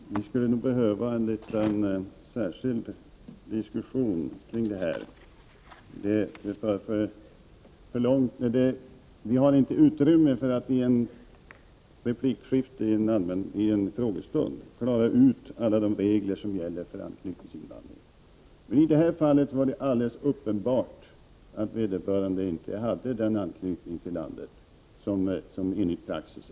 Herr talman! Vi skulle nog behöva en särskild diskussion kring detta. Det finns ju inte utrymme i ett replikskifte i en frågestund för att klara ut alla regler som gäller för anknytningsinvandring. I det här fallet var det alldeles uppenbart att vederbörande inte hade den anknytning till landet som erfordras enligt praxis.